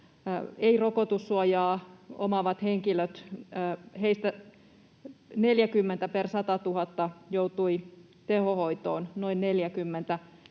ei rokotussuojaa omaavista henkilöistä noin 40 per 100 000 joutui tehohoitoon, ja